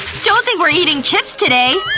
don't think we're eating chips today.